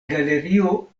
galerio